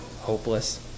hopeless